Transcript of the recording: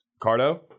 Cardo